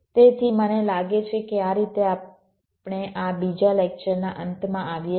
તેથી મને લાગે છે કે આ રીતે આપણે આ બીજા લેક્ચરના અંતમાં આવીએ છીએ